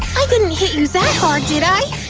i didn't hit you that hard, did i?